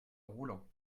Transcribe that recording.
roulants